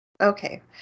Okay